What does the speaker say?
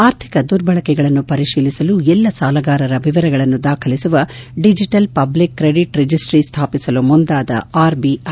ಆರ್ಥಿಕ ದುರ್ಬಳಕೆಗಳನ್ನು ಪರಿತೀಲಿಸಲು ಎಲ್ಲಾ ಸಾಲಗಾರರ ವಿವರಗಳನ್ನು ದಾಖಲಿಸುವ ಡಿಜಿಟಲ್ ಪಬ್ಲಿಕ್ ಕ್ರೆಡಿಟ್ ರಿಜೆಸ್ಟಿ ಸ್ಥಾಪಿಸಲು ಮುಂದಾದ ಆರ್ಬಿಐ